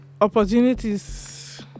opportunities